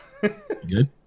good